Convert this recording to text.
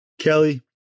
Kelly